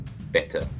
better